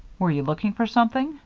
were you looking for something?